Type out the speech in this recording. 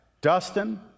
Dustin